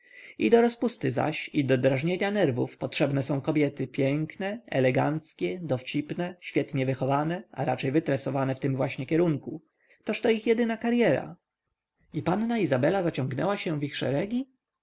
i do rozpusty zaś i do drażnienia nerwów potrzebne są kobiety piękne eleganckie dowcipne świetnie wychowane a raczej wytresowane w tym właśnie kierunku tożto ich jedyna karyera i panna izabela zaciągnęła się w ich szeregi